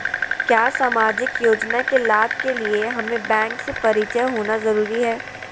क्या सामाजिक योजना के लाभ के लिए हमें बैंक से परिचय होना जरूरी है?